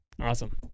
Awesome